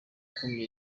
gukumira